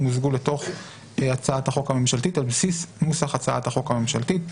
ימוזגו לתוך הצעת החוק הממשלתית על בסיס נוסח הצעת החוק הממשלתית.